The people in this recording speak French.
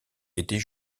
était